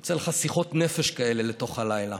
יוצא לך שיחות נפש כאלה לתוך הלילה.